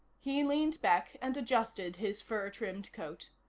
he leaned back and adjusted his fur-trimmed coat.